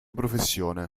professione